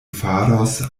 faros